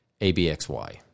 ABXY